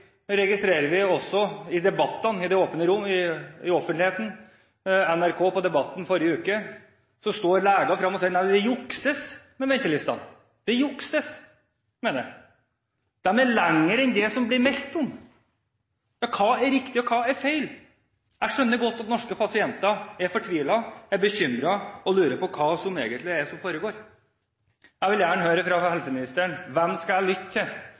også at i debattene i det åpne rom, i offentligheten og i NRK på Debatten i forrige uke, står leger frem og sier at det jukses med ventelistene – det jukses med dem. De er lengre enn det det blir meldt om. Hva er riktig, og hva er feil? Jeg skjønner godt at norske pasienter er fortvilet, bekymret og lurer på hva som egentlig foregår. Jeg vil gjerne høre fra helseministeren: Hvem skal jeg lytte til?